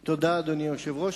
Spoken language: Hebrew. תודה, אדוני היושב-ראש.